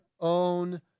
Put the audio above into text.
own